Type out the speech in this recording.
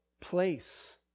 place